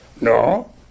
No